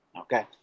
Okay